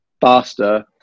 faster